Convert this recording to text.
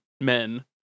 men